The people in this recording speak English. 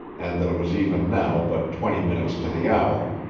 and that it was even now but twenty minutes to the hour.